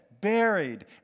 buried